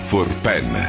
Forpen